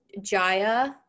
Jaya